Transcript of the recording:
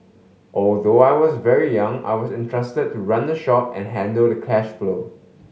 although I was very young I was entrusted to run the shop and handle the cash flow